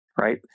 right